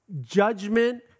judgment